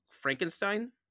Frankenstein